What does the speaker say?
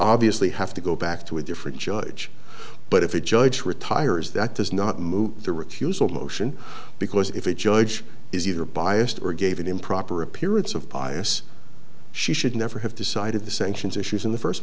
obviously have to go back to a different judge but if a judge retires that does not move the recusal motion because if a judge is either biased or gave an improper appearance of pious she should never have decided the sanctions issues in the first